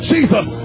Jesus